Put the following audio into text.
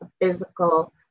physical